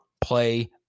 play